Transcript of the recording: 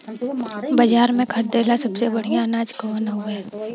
बाजार में खरदे ला सबसे बढ़ियां अनाज कवन हवे?